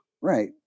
Right